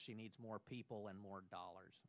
she needs more people and more dollars